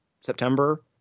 September